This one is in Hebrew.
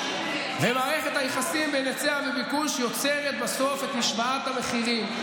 מערכת היחסים בין היצע וביקוש יוצרת בסוף את משוואת המחירים.